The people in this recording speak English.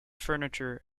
furniture